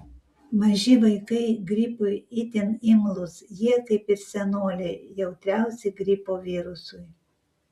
maži vaikai gripui itin imlūs jie kaip ir senoliai jautriausi gripo virusui